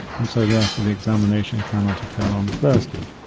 and so therefore the examination cannot occur on thursday.